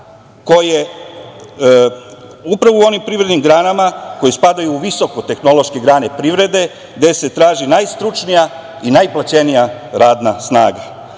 ekologije, upravo u onim privrednim granama koje spadaju u visokotehnološke grane privrede, gde se traži najstručnija i najplaćenija radna snaga.